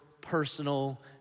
personal